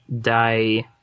die